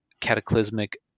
cataclysmic